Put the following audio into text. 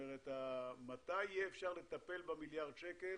מתי יהיה אפשר לטפל במיליארד שקל?